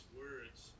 words